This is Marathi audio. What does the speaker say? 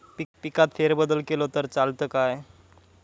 पिकात फेरबदल केलो तर चालत काय?